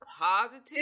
positive